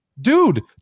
dude